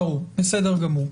ברור בסדר גמור,